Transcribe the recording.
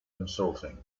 consulting